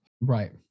Right